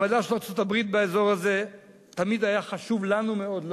מעמדה של ארצות-הברית באזור הזה תמיד היה חשוב לנו מאוד,